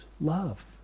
love